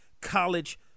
College